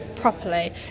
properly